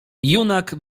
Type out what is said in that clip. junak